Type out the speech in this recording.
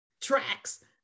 tracks